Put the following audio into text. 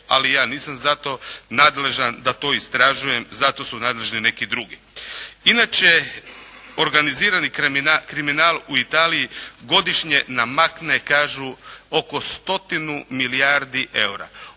ali ja nisam za to nadležan da to istražujem, za to su nadležni neki drugi. Inače organizirani kriminal u Italiji godišnje namakne kažu oko 100 milijardi eura,